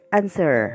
answer